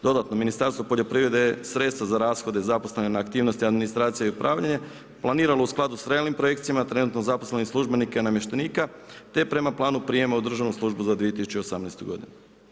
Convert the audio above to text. Dodatno, Ministarstvo poljoprivrede sredstva za rashode zaposlene na aktivnosti administracije i upravljanje planiralo u skladu sa realnim projekcijama, trenutnim zaposlenih službenika i namještenika te prema planu prijema u državnu službu za 2018. godinu.